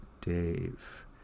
Dave